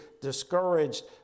discouraged